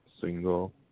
single